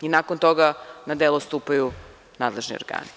Nakon toga na delo stupaju nadležni organi.